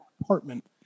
apartment